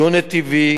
דו-נתיבי,